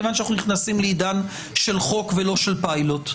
מכיוון שאנחנו נכנסים לעידן של חוק ולא של פיילוט,